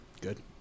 Good